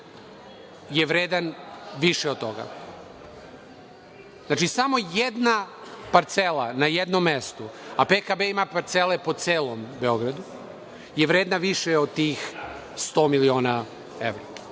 je vredan više od toga. Znači, samo jedna parcela na jednom mestu, a PKB ima parcele po celom Beogradu, je vredna više od tih 100 miliona evra. Država